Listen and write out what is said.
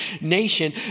nation